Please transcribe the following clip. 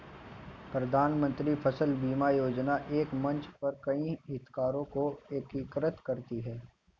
प्रधानमंत्री फसल बीमा योजना एक मंच पर कई हितधारकों को एकीकृत करती है